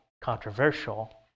controversial